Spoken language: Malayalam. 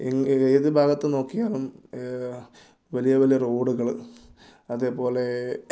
എങ്കിൽ ഏത് ഭാഗത്ത് നോക്കിയാലും വലിയ വലിയ റോഡുകൾ അതേ പോലെ